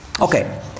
Okay